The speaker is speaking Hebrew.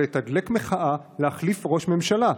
לתדלק מחאה של להחליף ראש ממשלה.